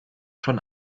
schon